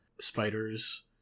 Spider's